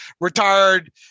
retired